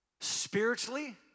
spiritually